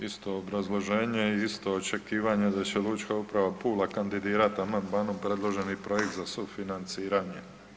Isto obrazloženje, isto očekivanje da će Lučka uprava Pula kandidirat amandmanom predloženi projekt za sufinanciranje.